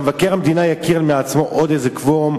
שמבקר המדינה יקים אצלו עוד קוורום